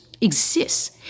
exists